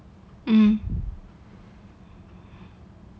um